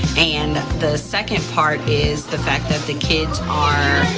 and the second part is the fact that the kids are,